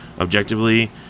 Objectively